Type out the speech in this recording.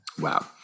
Wow